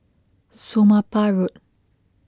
Somapah Road